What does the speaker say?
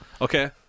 Okay